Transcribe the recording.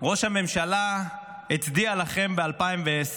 ראש הממשלה הצדיע לכם ב-2010.